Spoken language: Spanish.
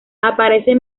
aparece